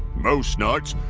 most nights,